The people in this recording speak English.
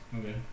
Okay